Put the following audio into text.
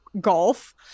golf